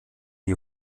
die